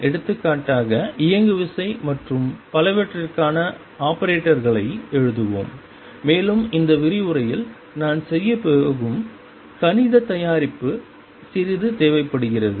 எடுத்துக்காட்டாக இயங்குவிசை மற்றும் பலவற்றிற்கான ஆபரேட்டர்களை எழுதுவோம் மேலும் இந்த விரிவுரையில் நான் செய்யப்போகும் கணித தயாரிப்பு சிறிது தேவைப்படுகிறது